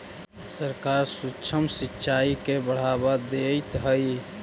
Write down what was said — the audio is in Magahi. सरकार सूक्ष्म सिंचाई के बढ़ावा देइत हइ